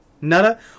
nada